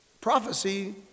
prophecy